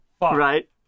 Right